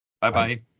Bye-bye